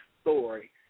story